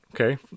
Okay